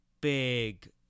big